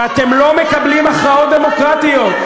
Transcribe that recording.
ואתם לא מקבלים הכרעות דמוקרטיות.